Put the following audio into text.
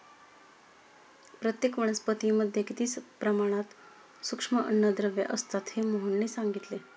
प्रत्येक वनस्पतीमध्ये किती प्रमाणात सूक्ष्म अन्नद्रव्ये असतात हे मोहनने सांगितले